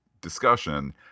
discussion